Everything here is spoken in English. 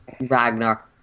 Ragnar